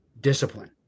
discipline